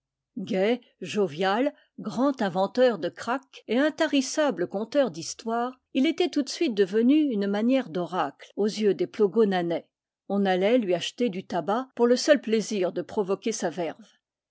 jovial grand inventeur de craques et intarissable conteur d'histoires il était tout de suite devenu une manière d'oracle aux yeux des plogonanais on allait lui acheter du tabac pour le seul plaisir de provoquer sa verve